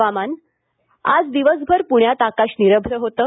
हवामान आज दिवसभर पुण्यात आकाश निरभ्र होतं